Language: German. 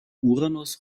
uranus